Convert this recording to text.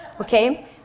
Okay